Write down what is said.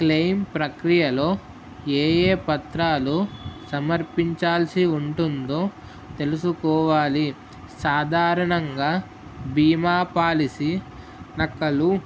claim ప్రక్రియలో ఏ ఏ పత్రాలు సమర్పించాల్సి ఉంటుందో తెలుసుకోవాలి సాధారణంగా బీమా పాలసీ నకలు